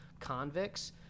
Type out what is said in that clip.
Convicts